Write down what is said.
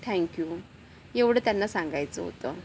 thank you एवढं त्यांना सांगायच होत